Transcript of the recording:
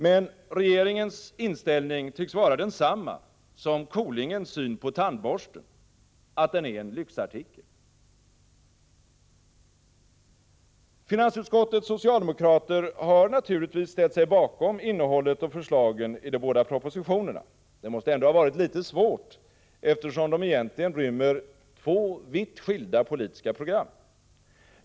Men regeringens inställning tycks vara densamma som Kolingens syn på tandborsten: att den är en lyxartikel. Finansutskottets socialdemokrater har naturligtvis ställt sig bakom innehållet och förslagen i de båda propositionerna. Det måste ändå ha varit litet svårt, eftersom de egentligen rymmer två vitt skilda politiska program.